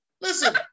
Listen